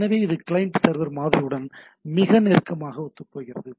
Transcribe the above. மேலும் இது client server மாதிரியுடன் மிக நெருக்கமாக ஒத்துப்போகிறது